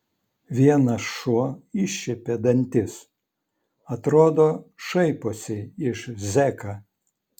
vienas šuo iššiepė dantis atrodo šaiposi iš zeką